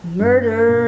murder